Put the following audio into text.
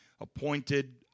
appointed